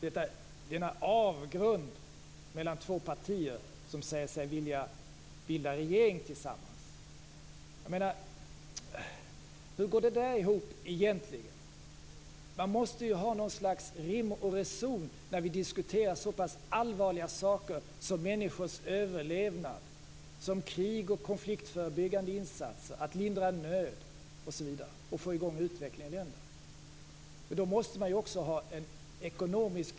Det är en avgrund mellan två partier som säger sig vilja bilda regering tillsammans. Hur går det där ihop egentligen? Man måste ha något slags rim och reson när man diskuterar så pass allvarliga saker som människors överlevnad, som krig och konfliktförebyggande insatser, som att lindra nöd, som att få i gång utvecklingen osv.